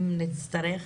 אם נצטרך,